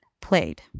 played